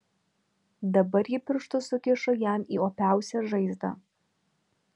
dabar ji pirštus sukišo jam į opiausią žaizdą